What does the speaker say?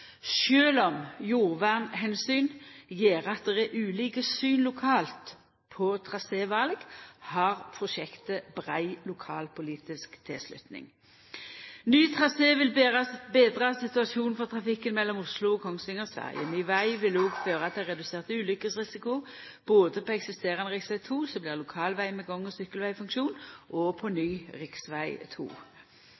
om jordvernomsyn gjer at det er ulike syn lokalt på traséval, har prosjektet brei lokalpolitisk tilslutning. Ny trasé vil betra situasjonen for trafikken mellom Oslo og Kongsvinger/Sverige. Ny veg vil òg føra til redusert ulukkesrisiko både på eksisterande rv. 2, som blir lokalveg med gang- og sykkelvegfunksjon, og på ny